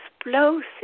explosive